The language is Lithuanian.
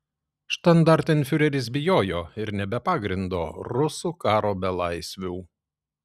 štandartenfiureris bijojo ir ne be pagrindo rusų karo belaisvių